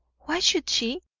why should she?